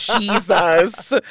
Jesus